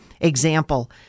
example